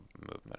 movement